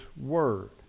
Word